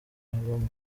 bamwe